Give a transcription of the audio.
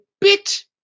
bit